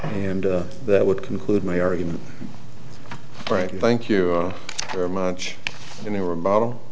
and that would conclude my argument frank thank you very much and they were a bottle